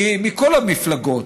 מכל המפלגות,